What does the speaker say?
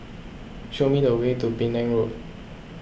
show me the way to Penang Road